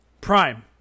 Prime